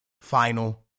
final